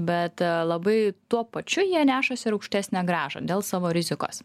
bet labai tuo pačiu jie nešasi ir aukštesnę grąžą dėl savo rizikos